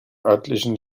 örtlichen